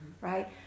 right